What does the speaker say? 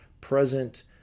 present